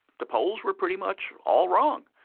the polls were pretty much all wrong.